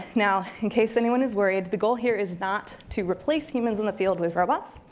now, in case anyone is worried, the goal here is not to replace humans in the field with robots.